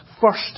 first